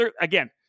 again